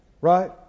Right